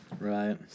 Right